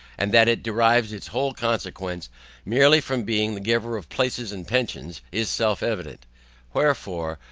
and that it derives its whole consequence merely from being the giver of places and pensions is self-evident wherefore,